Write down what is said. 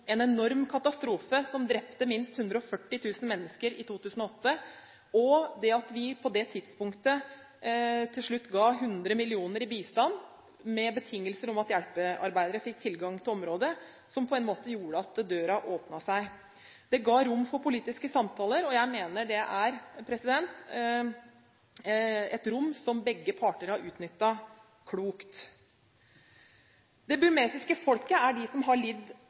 som drepte minst 140 000 mennesker i 2008 – og at vi på det tidspunktet til slutt ga 100 mill. kr i bistand, med betingelser om at hjelpearbeidere fikk tilgang til området, som på en måte gjorde at døra åpnet seg. Det ga rom for politiske samtaler, og jeg mener det er et rom som begge parter har utnyttet klokt. Det burmesiske folket er de som har lidd